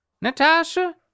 Natasha